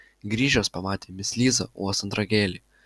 grįžęs pamatė mis lizą uostant ragelį